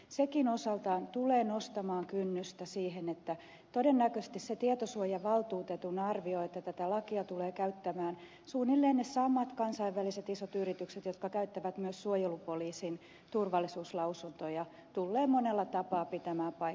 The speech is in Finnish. sekin osaltaan tulee nostamaan kynnystä niin että todennäköisesti se tietosuojavaltuutetun arvio että tätä lakia tulevat käyttämään suunnilleen ne samat kansainväliset isot yritykset jotka käyttävät myös suojelupoliisin turvallisuuslausuntoja tullee monella tapaa pitämään paikkaansa